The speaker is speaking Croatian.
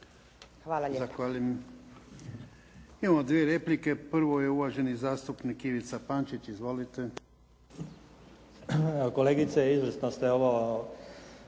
Hvala lijepa.